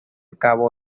cabo